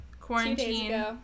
quarantine